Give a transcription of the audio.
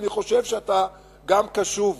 ואני חושב שאתה גם קשוב